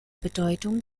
bedeutung